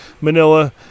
Manila